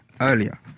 earlier